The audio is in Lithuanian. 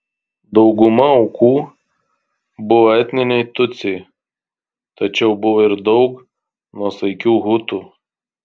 dauguma aukų buvo etniniai tutsiai tačiau buvo ir daug nuosaikių hutų